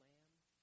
Lamb